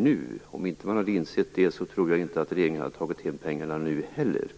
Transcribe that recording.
Om regeringen inte hade insett det, tror jag inte att regeringen hade tagit hem pengarna nu heller.